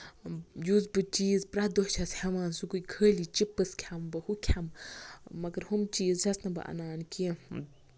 یُس بہٕ چیٖز پرٛٮ۪تھ دۄہ چھَس ہٮ۪وان سۄ گٔے خٲلی چِپٔس کھٮ۪مہٕ بہٕ ہُہ کھٮ۪مہٕ بہٕ مَگر ہُہ چیٖز چھَس نہٕ بہٕ اَنان کیٚنہہ